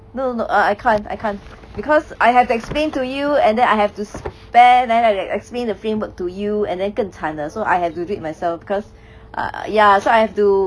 no no no err I can't I can't because I have to explain to you and then I have to spare then explain the framework to you and then 更参啊 so I have to do it myself because uh ya so I have to